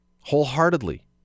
wholeheartedly